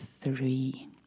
three